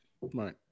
Right